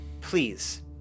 please